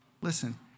listen